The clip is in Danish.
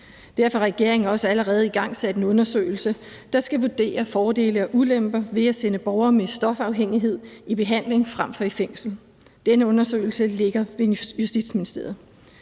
Derfor har regeringen også allerede igangsat en undersøgelse, der skal vurdere fordele og ulemper ved at sende borgere med stofafhængighed i behandling frem for i fængsel. Denne undersøgelse ligger i Justitsministeriet.